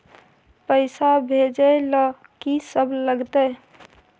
पैसा भेजै ल की सब लगतै?